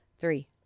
three